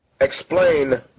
explain